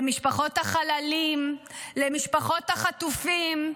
למשפחות החללים, למשפחות החטופים,